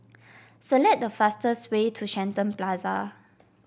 select the fastest way to Shenton Plaza